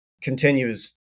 continues